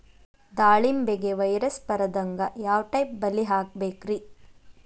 ದಾಳಿಂಬೆಗೆ ವೈರಸ್ ಬರದಂಗ ಯಾವ್ ಟೈಪ್ ಬಲಿ ಹಾಕಬೇಕ್ರಿ?